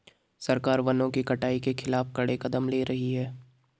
सरकार वनों की कटाई के खिलाफ कड़े कदम ले रही है